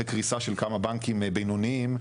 אחרי קריסה של כמה בנקים בינוניים,